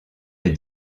des